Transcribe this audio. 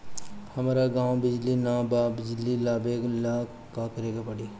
हमरा गॉव बिजली न बा बिजली लाबे ला का करे के पड़ी?